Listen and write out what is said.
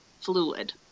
fluid